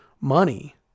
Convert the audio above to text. money